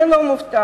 אני לא מופתעת,